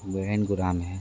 है